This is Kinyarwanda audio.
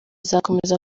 hazakomeza